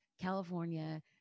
California